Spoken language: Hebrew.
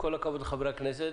עם כל הכבוד לחברי הכנסת,